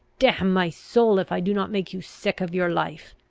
damn my soul, if i do not make you sick of your life!